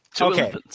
Okay